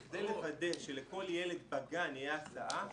בכדי לוודא שלכל ילד בגן תהיה הסעה,